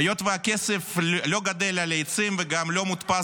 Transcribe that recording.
היות שהכסף לא גדל על העצים וגם לא מודפס